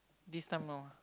this time no [ag]